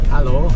Hello